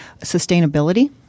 sustainability